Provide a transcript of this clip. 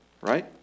right